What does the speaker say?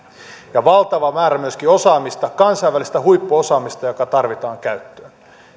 ja valtava määrä myöskin osaamista kansainvälistä huippuosaamista joka tarvitaan käyttöön